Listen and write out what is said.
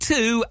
Two